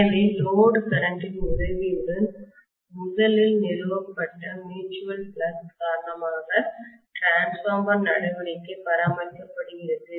எனவே load current இன் உதவியுடன் முதலில் நிறுவப்பட்ட பரஸ்பர பாய்வுமீட்ச்சுவல் ஃப்ளக்ஸ் காரணமாக டிரான்ஸ்பார்மர் நடவடிக்கை பராமரிக்கப்படுகிறது